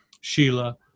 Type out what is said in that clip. Sheila